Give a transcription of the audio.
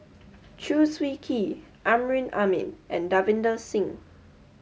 Chew Swee Kee Amrin Amin and Davinder Singh